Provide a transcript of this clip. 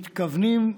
מתכוונים,